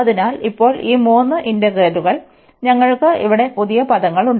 അതിനാൽ ഇപ്പോൾ ഈ മൂന്ന് ഇന്റഗ്രലുകൾ ഞങ്ങൾക്ക് ഇവിടെ പുതിയ പദങ്ങളുണ്ട്